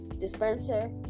dispenser